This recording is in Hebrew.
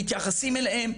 מתייחסים אליהם,